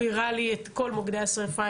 והוא הראה לי את כל מוקדי השריפה,